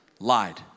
Lied